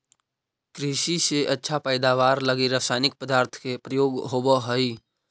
कृषि के अच्छा पैदावार लगी रसायनिक पदार्थ के प्रयोग होवऽ हई